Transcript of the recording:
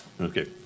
Okay